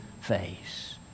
face